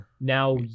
now